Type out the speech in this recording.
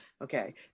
Okay